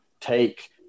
take